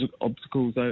obstacles